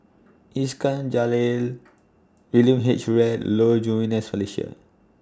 Iskandar Jalil William H Read Low Jimenez Felicia